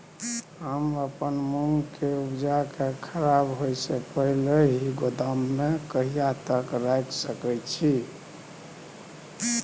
हम अपन मूंग के उपजा के खराब होय से पहिले ही गोदाम में कहिया तक रख सके छी?